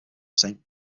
saint